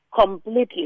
completely